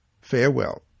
Farewell